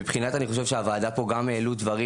מבחינת הוועדה אני חושב שהעלו דברים